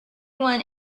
one